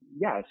yes